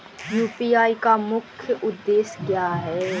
UPI का मुख्य उद्देश्य क्या है?